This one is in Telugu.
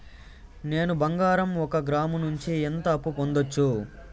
నేను బంగారం ఒక గ్రాము నుంచి ఎంత అప్పు పొందొచ్చు